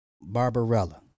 Barbarella